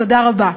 תודה רבה.